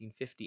1950